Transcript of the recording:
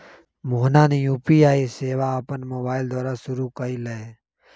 मोहना ने यू.पी.आई सेवा अपन मोबाइल द्वारा शुरू कई लय